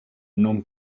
non